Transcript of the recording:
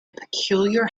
peculiar